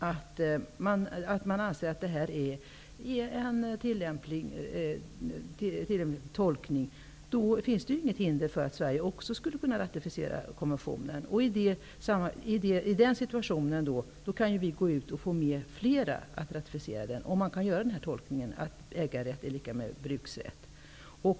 Om man anser att det är en möjlig tolkning finns det inget hinder för att också Sverige skulle kunna ratificera konventionen. I den situationen kan vi verka för att få fler länder att ratificera den -- dvs. om man kan göra tolkningen att ägarrätt är lika med bruksrätt.